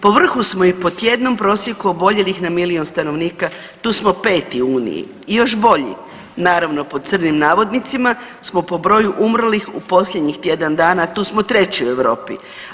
Po vrhu smo i po tjednom prosjeku oboljelih na milion stanovnika, tu smo 5 u uniji i još bolji naravno pod crnim navodnicima smo po broju umrlih u posljednjih tjedan dana tu smo 2 u Europi.